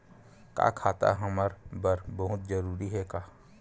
का खाता हमर बर बहुत जरूरी हे का?